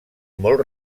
molt